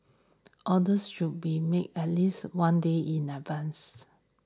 orders should be made at least one day in advance